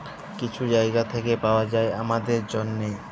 কিছু জায়গা থ্যাইকে পাউয়া যায় আমাদের জ্যনহে